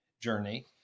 journey